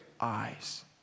eyes